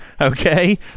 Okay